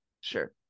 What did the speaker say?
Sure